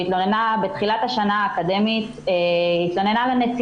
היא התלוננה בתחילת השנה האקדמית לנציבה